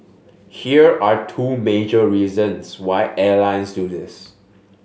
here are two major reasons why airlines do this